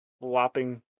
Flopping